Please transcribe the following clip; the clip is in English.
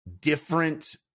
different